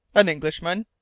an englishman?